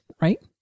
right